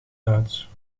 duits